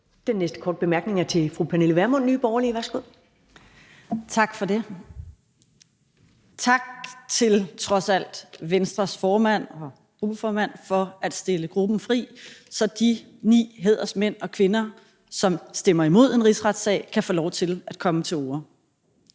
Den næste korte bemærkning er til fru Pernille Vermund, Nye Borgerlige. Værsgo. Kl. 10:41 Pernille Vermund (NB): Tak for det. Tak – trods alt – til Venstres formand og gruppeformand for at stille gruppen fri, så de ni hædersmænd og -kvinder, som stemmer imod en rigsretssag, kan få lov til at komme til orde.